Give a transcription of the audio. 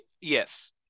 Yes